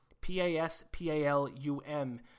P-A-S-P-A-L-U-M